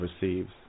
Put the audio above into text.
receives